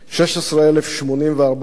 16,084 ישראלים